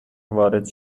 وارد